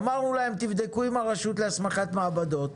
אמרנו להם: תבדוק עם הרשות להסמכת מעבדות.